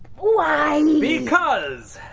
why? because,